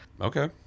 okay